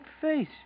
face